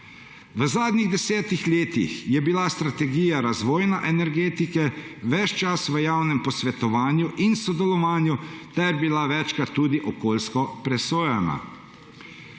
V zadnjih desetih letih je bila strategija razvoja in energetike ves čas v javnem posvetovanju in sodelovanju ter bila večkrat tudi okoljsko presojana.